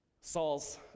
Saul's